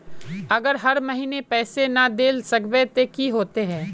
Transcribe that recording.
अगर हर महीने पैसा ना देल सकबे ते की होते है?